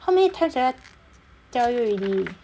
how many times did I tell you already